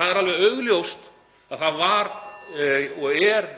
Það er alveg augljóst (Forseti hringir.)